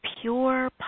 pure